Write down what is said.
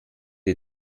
die